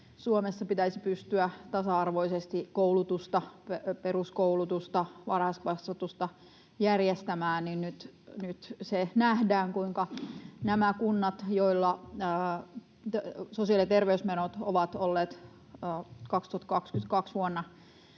Suomessa pitäisi pystyä tasa-arvoisesti koulutusta, peruskoulutusta, varhaiskasvatusta, järjestämään, ja nyt se nähdään, kuinka näissä kunnissa, joilla sosiaali- ja terveysmenot ovat olleet vuonna 2022